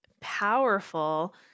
powerful